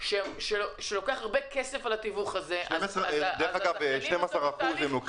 הם לוקחים תיווך של 12% בואו נקרא לילד בשמו,